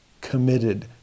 committed